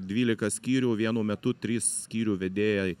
dvylika skyrių vienu metu trys skyrių vedėjai